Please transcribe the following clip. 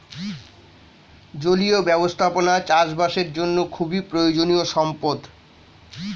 জলীয় ব্যবস্থাপনা চাষবাসের জন্য খুবই প্রয়োজনীয় সম্পদ